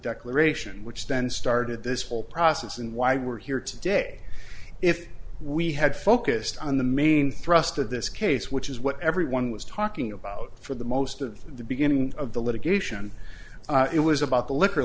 declaration which then started this whole process and why we're here today if we had focused on the main thrust of this case which is what everyone was talking about for the most of the beginning of the litigation it was about the liquor